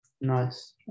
nice